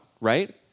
Right